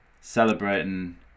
celebrating